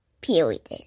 Period